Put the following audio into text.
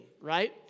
right